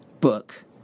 book